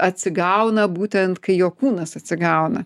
atsigauna būtent kai jo kūnas atsigauna